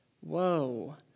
whoa